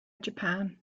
japan